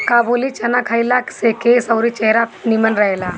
काबुली चाना खइला से केस अउरी चेहरा निमन रहेला